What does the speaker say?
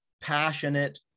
passionate